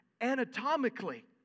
anatomically